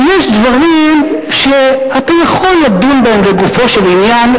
שיש דברים שאתה יכול לדון בהם לגופו של עניין,